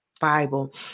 Bible